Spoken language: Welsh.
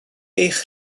eich